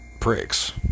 pricks